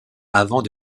avant